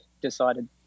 decided